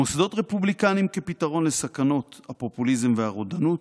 מוסדות רפובליקנים כפתרון לסכנות הפופוליזם והרודנות,